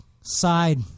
side